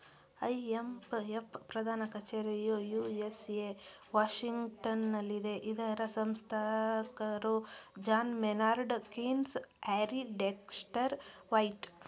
IMF ಪ್ರಧಾನ ಕಚೇರಿಯು USA ವಾಷಿಂಗ್ಟನಲ್ಲಿದೆ ಇದರ ಸಂಸ್ಥಾಪಕರು John Maynard Keynes, Harry Dexter white